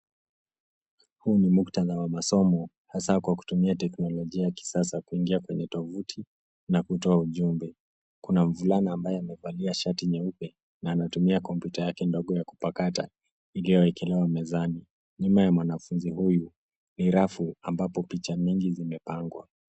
Huu ni muktadha wa masomo, hasa kwa kutumia teknolojia ya kisasa kuingia kwenye tovuti na kutoa ujumbe. Kuna mvulana ambaye amevalia shati nyeupe, na anatumia kompyuta yake ndogo ya kupakata, iliyowekelewa mezani. Nyuma ya mwanafunzi huyu ni rafu, ambapo picha mingi zimepangwa.